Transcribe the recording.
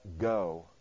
go